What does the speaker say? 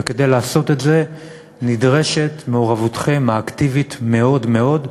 וכדי לעשות את זה נדרשת מעורבותכם האקטיבית מאוד מאוד,